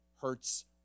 hurts